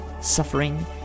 suffering